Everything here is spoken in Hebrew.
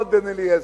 פואד בן-אליעזר.